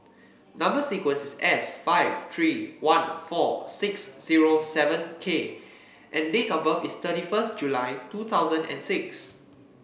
number sequence is S five three one four six zero seven K and date of birth is thirty first July two thousand and six